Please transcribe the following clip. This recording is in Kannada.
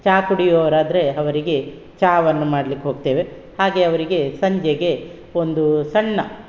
ಚಹಾ ಕುಡಿಯುವರಾದರೆ ಅವರಿಗೆ ಚಹಾವನ್ನು ಮಾಡ್ಲಿಕ್ಕೆ ಹೋಗ್ತೇವೆ ಹಾಗೆ ಅವರಿಗೆ ಸಂಜೆಗೆ ಒಂದು ಸಣ್ಣ